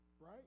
Right